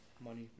Money